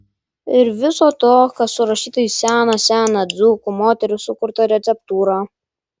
ir viso to kas surašyta į seną seną dzūkų moterų sukurtą receptūrą